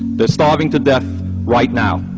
they're starving to death right now.